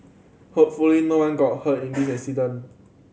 hopefully no one got hurt in this incident